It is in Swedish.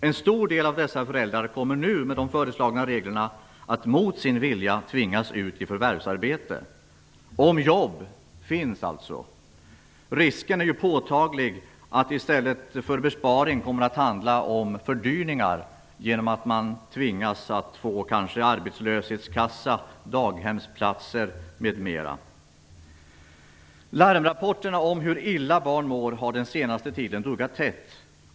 En stor del av dessa föräldrar kommer med de föreslagna reglerna att mot sin vilja tvingas ut i förvärvsarbete, dvs. om det finns jobb. Risken är ju påtaglig att det i stället för besparingar kommer att handla om fördyringar på grund av arbetslöshetskassa, daghemsplatser, m.m. Larmrapporterna om hur illa barn mår har den senaste tiden duggat tätt.